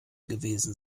gewesen